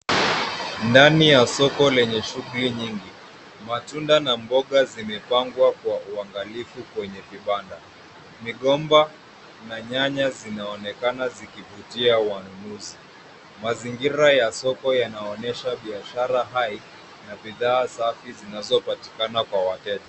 Ndani ya soko lenye shughuli nyingi matunda na mboga zimepangwa kwa uangalifu kwenye vibanda. Migomba na nyanya zinaonekana zikivutia wanunuzi. Mazingira ya soko yanaonekana biashara hai na bidhaa safi yanayopatikana kwa wateja.